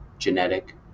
genetic